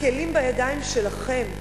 הכלים בידיים שלכם.